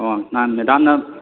ꯑꯣ ꯅꯍꯥꯟ ꯃꯦꯗꯥꯝꯅ